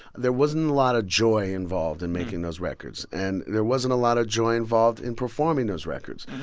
there wasn't a lot of joy involved in making those records. and there wasn't a lot of joy involved in performing those records.